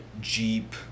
Jeep